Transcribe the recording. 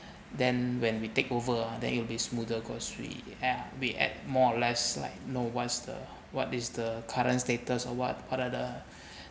then when we take over then it will be smoother cause we eh we eh more or less like know what's the what is the current status or what current err